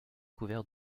couvert